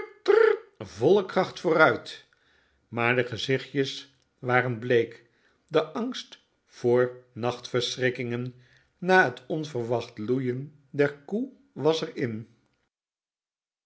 volle kracht vooruit maar de gezichtjes waren bleek de angst voor nachtverschrikkingen na t onverwacht loeien der koe was er in